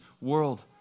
world